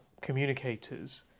communicators